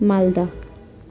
Malda